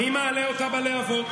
מי מעלה אותה בלהבות?